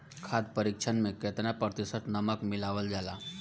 खाद्य परिक्षण में केतना प्रतिशत नमक मिलावल जाला?